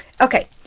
Okay